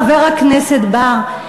חבר הכנסת בר,